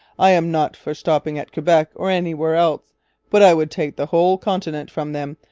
i am not for stopping at quebec or anywhere else but i would take the whole continent from them,